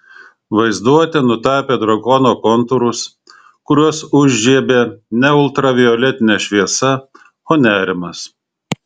vaizduotė nutapė drakono kontūrus kuriuos užžiebė ne ultravioletinė šviesa o nerimas